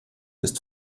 ist